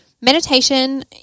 meditation